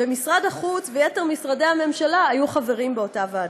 ומשרד החוץ ויתר משרדי הממשלה היו חברים באותה ועדה.